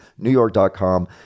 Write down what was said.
newyork.com